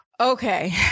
Okay